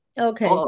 okay